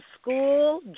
school